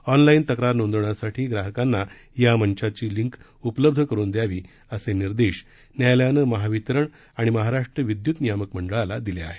online तक्रार नोंदवण्यासाठी ग्राहकांना या मंचाची लिंक उपलब्ध करून दयावी असे निर्देश न्यायालयानं महावितरण आणि महाराष्ट्र विद्यूत नियामक मंडळाला दिले आहेत